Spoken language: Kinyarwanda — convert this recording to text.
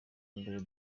mbere